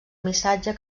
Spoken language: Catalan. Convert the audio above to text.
missatge